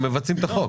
הם מבצעים את החוק.